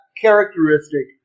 characteristic